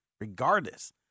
Regardless